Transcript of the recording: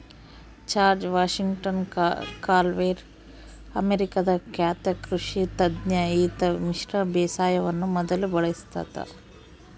George Washington Carver ಅಮೇರಿಕಾದ ಖ್ಯಾತ ಕೃಷಿ ತಜ್ಞ ಈತ ಮಿಶ್ರ ಬೇಸಾಯವನ್ನು ಮೊದಲು ಬಳಸಿದಾತ